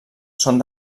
són